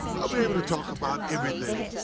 i'll be able to talk about everything.